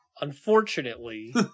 Unfortunately